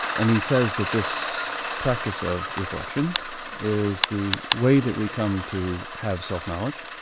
and he says that this practice of reflection is the way that we come to have self-knowledge.